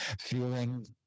feeling